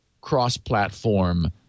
cross-platform